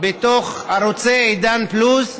בין ערוצי עידן פלוס,